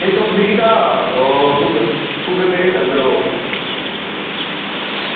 ओह् तुस मिगी ना ओह् गूगल पे करी ओड़ेओ